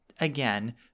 again